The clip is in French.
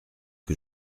que